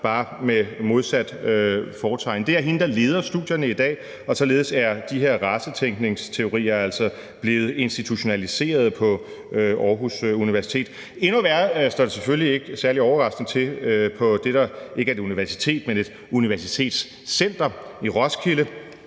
bare med modsat fortegn. Det er hende, der leder studierne i dag, og således er de her racetænkningsteorier altså blevet institutionaliseret på Aarhus Universitet. Endnu værre står det selvfølgelig ikke særlig overraskende til på det, der ikke er et universitet, men et universitetscenter, i Roskilde,